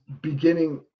beginning